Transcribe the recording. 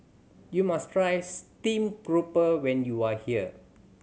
you must try steam grouper when you are here